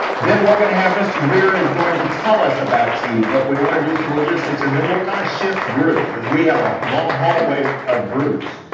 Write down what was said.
then we're going to have mr. debeer is going to tell us about you, but we want to do some logistics, and then we'll kind of shift groups because we have a long hallway of groups,